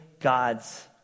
God's